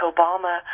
Obama